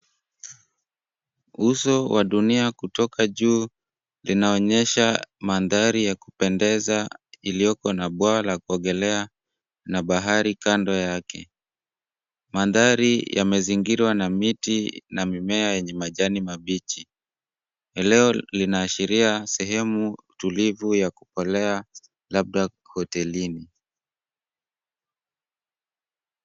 Uso wa dunia kutoka juu linaonyesha mandhari ya kupendeza iliyoko na bwaa la kuogelea na bahari kando yake. Mandhari yamezingirwa na miti na mimea yenye majani mabichi. Eneo linaashiria sehemu tulivu ya kukolea labda hotelini.